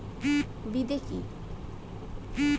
বিদে কি?